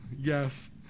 yes